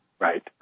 right